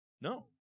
No